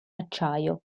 acciaio